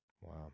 wow